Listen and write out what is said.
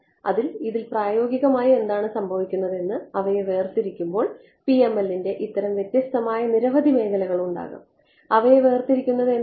അതിനാൽ ഇതിൽ പ്രായോഗികമായി എന്താണ് സംഭവിക്കുന്നത് അവയെ വേർതിരിക്കുമ്പോൾ PML ന്റെ ഇത്തരം വ്യത്യസ്തമായ നിരവധി മേഖലകളുണ്ടാകും അവയെ വേർതിരിക്കുന്നത് എന്താണ്